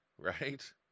right